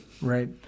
Right